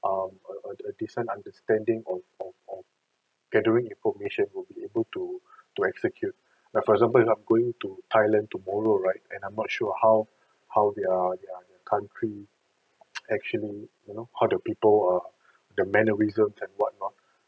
um a a a decent understanding of of of gathering information will be able to to execute like for example if I'm going to thailand tomorrow right and I'm not sure how how their their their country actually you know how the people err the mannerism and what not